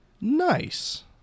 Nice